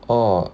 oh